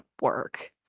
work